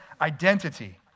identity